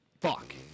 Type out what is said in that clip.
Fuck